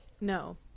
No